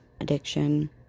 addiction